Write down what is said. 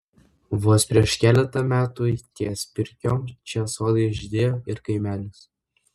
vos prieš keletą metų ties pirkiom čia sodai žydėjo ir kaimelis